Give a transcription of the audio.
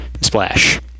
Splash